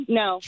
no